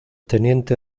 teniente